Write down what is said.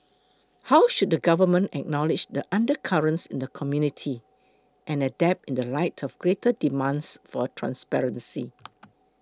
how should the government acknowledge the undercurrents in the community and adapt in the light of greater demands for transparency